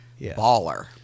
Baller